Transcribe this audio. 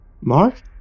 Mark